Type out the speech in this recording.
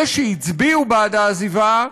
אלה שהצביעו בעד העזיבה,